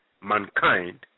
mankind